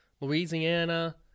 Louisiana